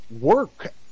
work